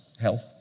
health